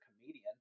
comedian